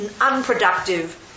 unproductive